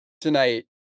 Tonight